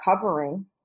covering